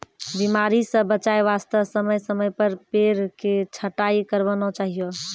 बीमारी स बचाय वास्तॅ समय समय पर पेड़ के छंटाई करवाना चाहियो